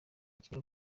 kigera